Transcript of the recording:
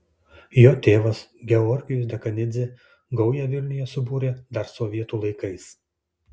jo tėvas georgijus dekanidzė gaują vilniuje subūrė dar sovietų laikais